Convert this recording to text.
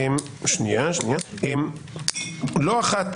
לא אחת,